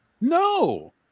no